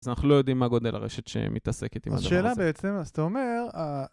אז אנחנו לא יודעים מה גודל הרשת שהיא מתעסקת עם הדבר הזה. השאלה בעצם, אז אתה אומר...